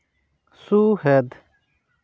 ᱥᱩᱦᱮᱫ